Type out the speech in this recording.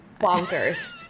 bonkers